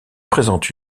présente